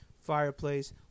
fireplace